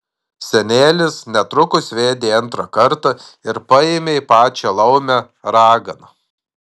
senelis netrukus vedė antrą kartą ir paėmė pačią laumę raganą